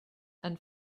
and